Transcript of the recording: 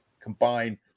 combine